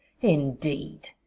indeed